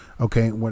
okay